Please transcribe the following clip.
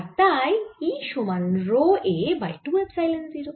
আর তাই E সমান rho a by 2 epsilon 0